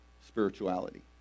spirituality